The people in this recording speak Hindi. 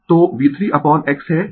तो V3 अपोन x है